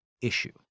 issue